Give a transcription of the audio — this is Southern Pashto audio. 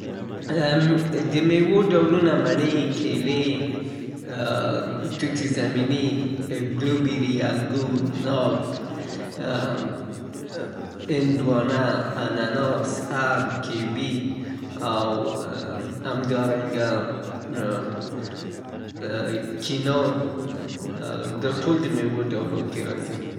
د میوو ډولونه لکه مڼه، کیله، نارنج، انګور، انناس، ام، ګیلاس، هندوانه، خربوزه، کیوي، شفتالو، توت زمیني، راس بیري، بلو بیري، ناک او همدارنګه انارو ناریل.